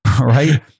right